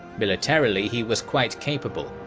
militarily he was quite capable,